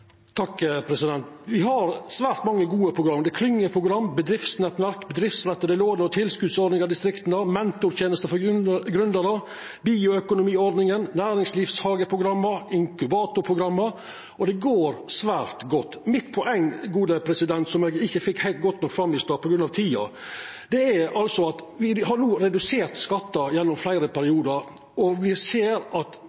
har svært mange gode program. Det er klyngeprogram, bedriftsnettverk, bedriftsretta låne- og tilskotsordningar for distrikta, mentor-tenester for gründerar, bioøkonomiordninga, næringshageprogrammet, inkubatorprogrammet, og det går svært godt. Mitt poeng, som eg ikkje fekk heilt godt fram i stad på grunn av tida, er at me no har redusert skattar gjennom fleire